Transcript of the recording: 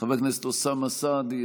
חבר הכנסת אוסאמה סעדי,